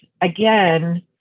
again